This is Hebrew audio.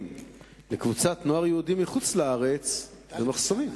מקבוצות נוער יהודי מחוץ-לארץ במחסומים?